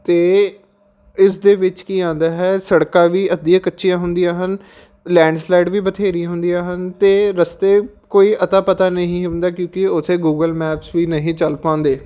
ਅਤੇ ਇਸ ਦੇ ਵਿੱਚ ਕੀ ਆਉਂਦਾ ਹੈ ਸੜਕਾਂ ਵੀ ਅੱਧੀਆਂ ਕੱਚੀਆਂ ਹੁੰਦੀਆਂ ਹਨ ਲੈਂਡ ਸਲਾਈਡ ਵੀ ਬਥੇਰੀਆਂ ਹੁੰਦੀਆਂ ਹਨ ਅਤੇ ਰਸਤੇ ਕੋਈ ਅਤਾ ਪਤਾ ਨਹੀਂ ਹੁੰਦਾ ਕਿਉਂਕਿ ਉੱਥੇ ਗੂਗਲ ਮੈਪਸ ਵੀ ਨਹੀਂ ਚੱਲ ਪਾਉਂਦੇ